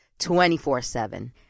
24-7